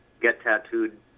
get-tattooed